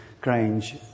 Grange